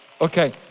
Okay